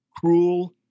cruel